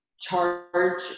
charge